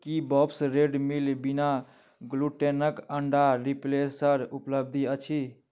की Bob's Red Mill बिना ग्लुटेनक अंडा रिप्लेसर उपलब्ध अछि